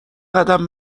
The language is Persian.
قدم